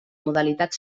modalitat